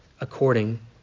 according